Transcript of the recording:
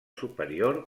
superior